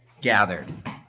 gathered